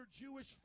jewish